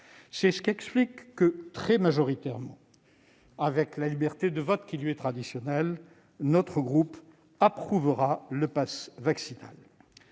C'est ce qui explique que, très majoritairement, avec la liberté de vote qui lui est traditionnelle, notre groupe approuvera le passe vaccinal,